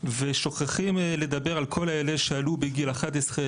ושוכחים לדבר על כל אלה שעלו בגיל 11,